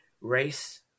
race